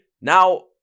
now